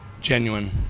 Genuine